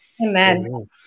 Amen